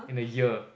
in the ear